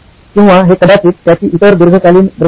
किंवा हे कदाचित त्याची इतर दीर्घकालीन दृष्टी आहे